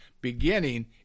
beginning